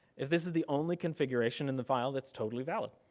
if this is the only configuration in the file that's totally valid.